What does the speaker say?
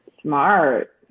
Smart